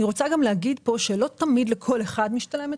אני רוצה גם לומר שלא תמיד לכל אחד משתלמת